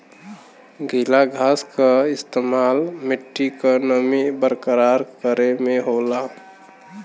गीला घास क इस्तेमाल मट्टी क नमी बरकरार करे में होला